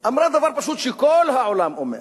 היא אמרה דבר פשוט שכל העולם אומר,